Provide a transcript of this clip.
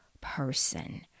person